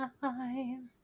time